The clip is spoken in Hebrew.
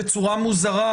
בצורה מוזרה,